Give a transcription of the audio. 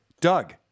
Doug